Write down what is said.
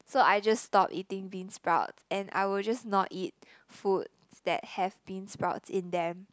so I just stopped eating beansprout and I will just not eat foods that have beansprouts in them